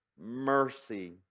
mercy